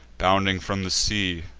bounding from the sea,